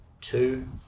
two